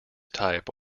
type